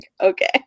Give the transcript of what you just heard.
okay